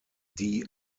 die